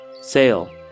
Sail